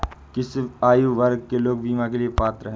किस आयु वर्ग के लोग बीमा के लिए पात्र हैं?